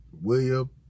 William